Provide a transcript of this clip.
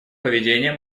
поведения